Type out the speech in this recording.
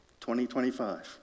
2025